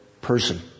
person